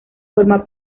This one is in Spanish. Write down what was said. forma